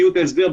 זה בסדר,